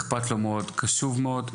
אכפתי וקשוב מהשנייה הראשונה בה הכרתי אותו.